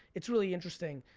it's really interesting,